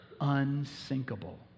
unsinkable